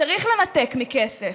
צריך לנתק מכסף.